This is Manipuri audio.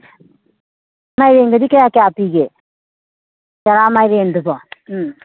ꯃꯥꯏꯔꯦꯟꯒꯗꯤ ꯀꯌꯥ ꯀꯌꯥ ꯄꯤꯒꯦ ꯆꯔꯥ ꯃꯥꯏꯔꯦꯟꯗꯨꯕꯣ ꯎꯝ